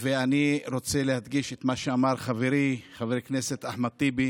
ואני רוצה להדגיש את מה שאמר חברי חבר הכנסת אחמד טיבי,